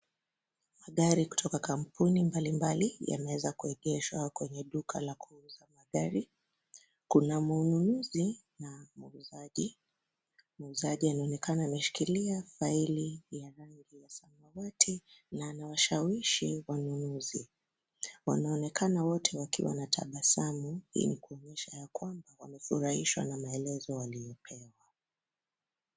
Magari kutoka kampuni mbalimbali yameweza kuegeshwa kwenye duka la kuuzia magari. Kuna mnunuzi na muuzaji. Muuzaji anaonekana ameshikilia faili ya rangi ya samawati na anawashawishi wanunuzi. Wanaonekana wote wakiwa na tabasamu. Hii ni kumaanisha ya kwamba wamefurahishwa na maelezo waliyopewa.